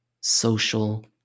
social